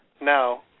No